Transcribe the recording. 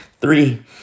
three